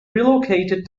relocated